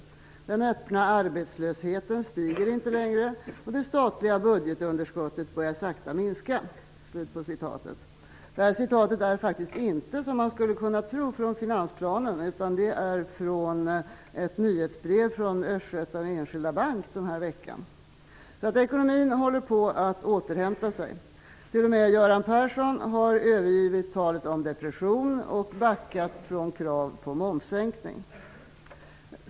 Den öppna arbetslösheten stiger inte längre och det statliga budgetunderskottet börjar sakta minska.'' Citatet är faktiskt inte, som man skulle kunna tro, från finansplanen utan från ett nyhetsbrev från Östgöta Ekonomin håller på att återhämta sig. Till och med Göran Persson har övergivit talet om depression och backat från kravet på momssänkning.